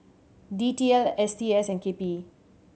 D T L S T S and K P E